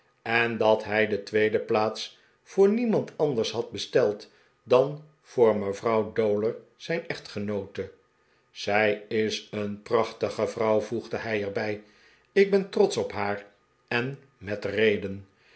en dat hij de tweede plaats voor niemand anders had besteld dan voor mevrouw dowler zijn echtgenoote zij is een prachtige vrouw voegde hij er bij ik ben trotsch op haar en met reden